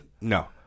No